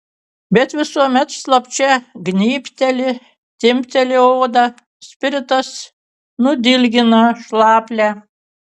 bet visuomet slapčia gnybteli timpteli odą spiritas nudilgina šlaplę